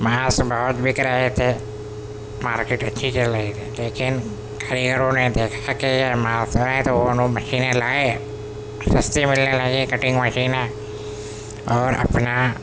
mask بہت بک رہے تھے مارکیٹ اچھی چل رہی تھی لیکن کاریگروں نے دیکھا کہ یہ ماسک ہیں تو انہوں مشیینیں لائے سستی ملنے لگی کٹنگ مشینیں اور اپنا